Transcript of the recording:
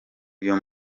uyu